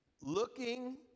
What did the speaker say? Looking